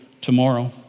tomorrow